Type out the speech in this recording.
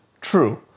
true